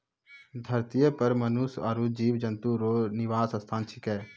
धरतीये पर मनुष्य आरु जीव जन्तु रो निवास स्थान छिकै